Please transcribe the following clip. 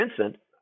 Vincent